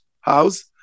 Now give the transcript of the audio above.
house